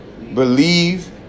believe